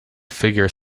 figure